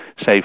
say